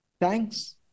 thanks